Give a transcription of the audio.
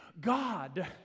God